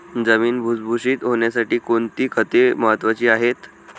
जमीन भुसभुशीत होण्यासाठी कोणती खते महत्वाची आहेत?